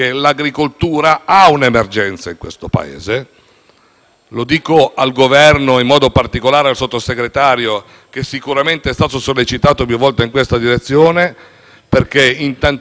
Lo dico al Governo e, in modo particolare, al signor Sottosegretario, che sicuramente è stato sollecitato più volte in questa direzione e nei tantissimi momenti di incontro che vi sono stati, non soltanto